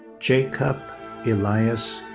jacob elias